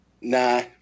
Nah